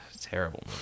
Terrible